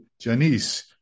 Janice